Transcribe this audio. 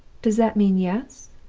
does that mean yes,